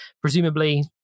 presumably